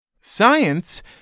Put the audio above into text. Science